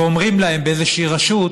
ואומרים להם באיזושהי רשות: